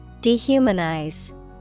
Dehumanize